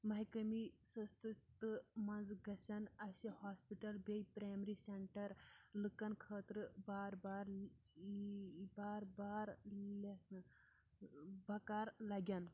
محکمی سٕستہٕ تہٕ منٛز گژھٮ۪ن اَسہِ ہاسپِٹَل بیٚیہِ پرٛیمری سٮ۪نٹَر لُکَن خٲطرٕ بار بار بار بار لیٚکھنہٕ بکار لَگن